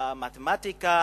מתמטיקה,